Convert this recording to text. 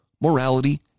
morality